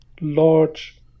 large